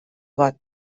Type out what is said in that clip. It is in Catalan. got